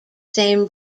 same